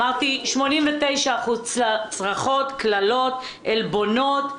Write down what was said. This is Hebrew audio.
אמרתי, 89% צרחות, קללות, עלבונות.